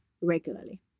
regularly